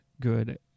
good